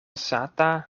sata